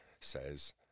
says